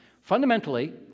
Fundamentally